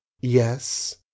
yes